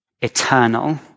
eternal